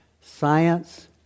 science